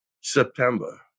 September